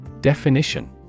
Definition